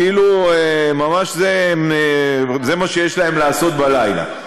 כאילו זה מה שיש להם לעשות בלילה.